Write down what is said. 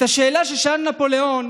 את השאלה ששאל נפוליאון